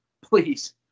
please